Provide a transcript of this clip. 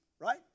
right